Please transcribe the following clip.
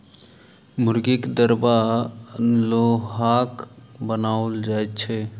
मुर्गीक दरबा लोहाक बनाओल जाइत छै